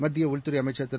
மத்திய உள்துறை அமைச்சர் திரு